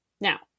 Now